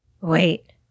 wait